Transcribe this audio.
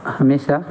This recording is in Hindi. हमेशा